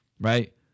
right